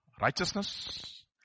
righteousness